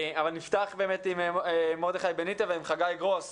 נפתח את המנכ"ל מרדכי בניטה ועם חגי גרוס,